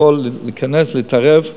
יכול לקיים, אבל בהחלט אני יכול להיכנס, להתערב.